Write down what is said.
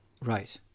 right